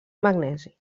magnesi